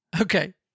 Okay